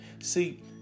See